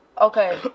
Okay